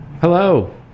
Hello